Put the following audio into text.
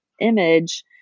image